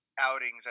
outings